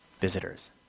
Visitors